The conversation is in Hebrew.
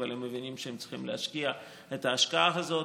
אבל הם מבינים שהם צריכים להשקיע את ההשקעה הזאת.